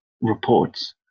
reports